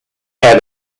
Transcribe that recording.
had